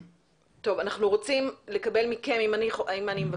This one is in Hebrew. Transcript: טוב, אנחנו רוצים לקבל מכם, אם אפשר